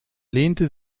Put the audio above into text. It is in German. lehnte